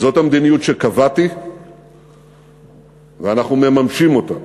זאת המדיניות שקבעתי ואנחנו מממשים אותה.